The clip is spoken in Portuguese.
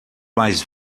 mais